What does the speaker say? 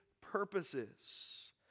purposes